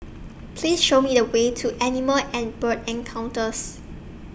Please Show Me The Way to Animal and Bird Encounters